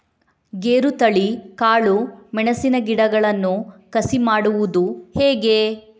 ಗೇರುತಳಿ, ಕಾಳು ಮೆಣಸಿನ ಗಿಡಗಳನ್ನು ಕಸಿ ಮಾಡುವುದು ಹೇಗೆ?